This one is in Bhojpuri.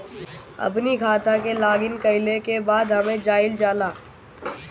अपनी खाता के लॉगइन कईला के बाद एमे जाइल जाला